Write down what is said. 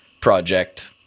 project